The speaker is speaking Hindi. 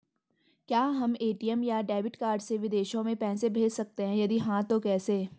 क्या हम ए.टी.एम या डेबिट कार्ड से विदेशों में पैसे भेज सकते हैं यदि हाँ तो कैसे?